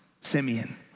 Simeon